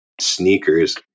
sneakers